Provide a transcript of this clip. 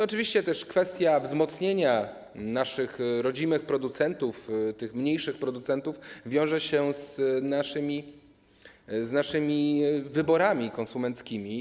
Oczywiście też kwestia wzmocnienia naszych rodzimych producentów, tych mniejszych producentów wiąże się z naszymi wyborami konsumenckimi.